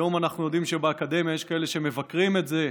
היום אנחנו יודעים שבאקדמיה יש כאלה שמבקרים את זה.